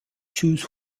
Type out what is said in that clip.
choose